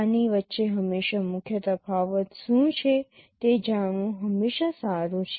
આની વચ્ચે હંમેશાં મુખ્ય તફાવત શું છે તે જાણવું હંમેશાં સારું છે